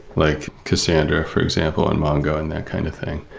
like cassandra, for example, and mongo and that kind of thing.